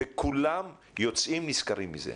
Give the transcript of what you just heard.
וכולם יוצאים נשכרים מזה.